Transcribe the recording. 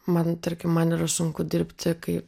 man tarkim man yra sunku dirbti kai